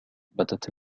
بدت